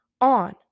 on